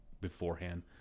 beforehand